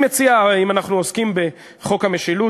אם אנחנו עוסקים בחוק המשילות,